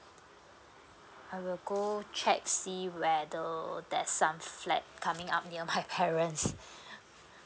I will go check see whether there's some flat coming up near my parents